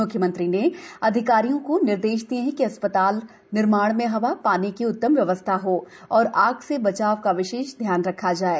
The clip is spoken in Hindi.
म्ख्यमंत्री ने अधिकारियों को निर्देश दिये कि अस्पताल निर्माण में हवा पानी की उत्तम व्यवस्था हो और आग से बचाव का विशेष ध्यान रखा जाये